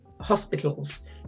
hospitals